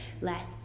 less